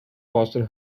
boston